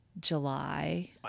July